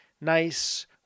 nice